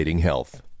health